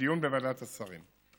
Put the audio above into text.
לדיון בוועדת השרים.